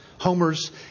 homer's